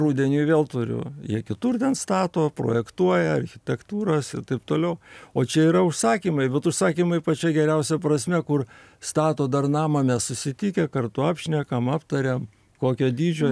rudeniui vėl turiu jie kitur ten stato projektuoja architektūras ir taip toliau o čia yra užsakymai vat užsakymai pačia geriausia prasme kur stato dar namą mes susitikę kartu apšnekam aptariam kokio dydžio